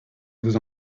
vous